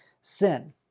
sin